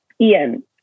Ian